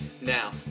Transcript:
Now